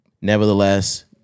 Nevertheless